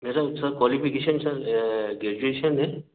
मेरा sir qualification sir graduation है